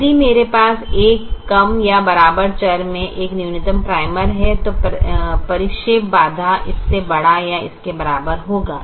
यदि मेरे पास एक कम या बराबर चर में एक न्यूनतम प्राइमल है तो परिक्षेप बाधा इससे बड़ा या इसके बराबर होगा